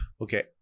okay